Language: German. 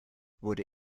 wurde